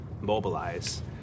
mobilize